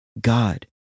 God